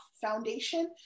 foundation